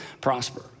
prosper